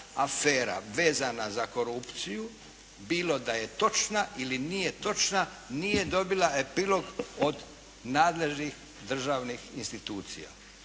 afera vezana za korupciju bilo da je točna ili nije točna nije dobila epilog od nadležnih državnih institucija.